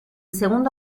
segundo